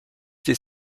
des